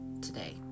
today